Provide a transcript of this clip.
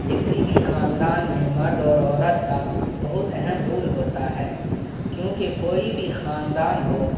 کسی بھی خاندان میں مرد اور عورت کا بہت اہم رول ہوتا ہے کیونکہ کوئی بھی خاندان ہو